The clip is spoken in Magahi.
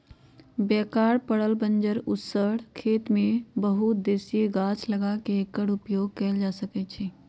बेकार पड़ल बंजर उस्सर खेत में बहु उद्देशीय गाछ लगा क एकर उपयोग कएल जा सकै छइ